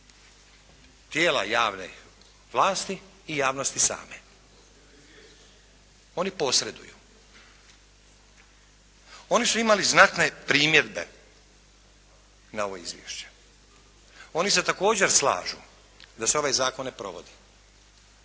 tijela javne vlasti i javnosti same. Oni posreduju. Oni su imali znatne primjedbe na ovo izvješće. Oni se također slažu da se ovaj zakon ne provodi,